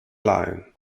line